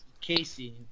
Casey